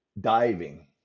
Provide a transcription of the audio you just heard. diving